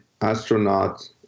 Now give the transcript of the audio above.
astronaut